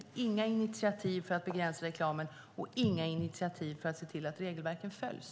Blir det inga initiativ för att begränsa reklamen och inga initiativ för att se till att regelverket följs?